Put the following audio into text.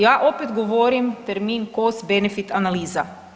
Ja opet govorim termin cost benefit analiza.